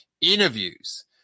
interviews